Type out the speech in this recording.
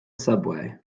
subway